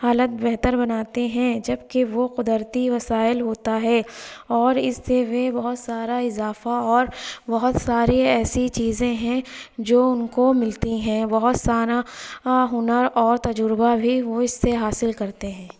حالت بہتر بناتے ہیں جب کہ وہ قدرتی وسائل ہوتا ہے اور اس سے وہ بہت سارا اضافہ اور بہت ساری ایسی چیزیں ہیں جو ان کو ملتی ہیں بہت سارا آ ہنر اور تجربہ بھی وہ اس سے حاصل کرتے ہیں